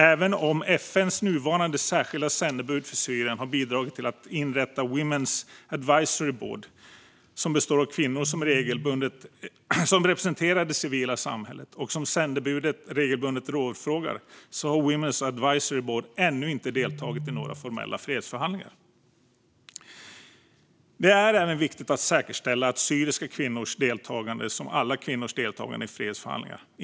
Även om FN:s nuvarande särskilda sändebud för Syrien har bidragit till att inrätta Women's Advisory Board, som består av kvinnor som representerar det civila samhället och som sändebudet regelbundet rådfrågar, har Women's Advisory Board ännu inte deltagit i några formella fredsförhandlingar. Det är även viktigt att säkerställa syriska kvinnors, precis som alla kvinnors, deltagande i fredsförhandlingar.